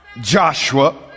Joshua